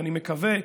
ואני מקווה,